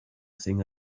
thing